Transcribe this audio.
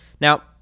Now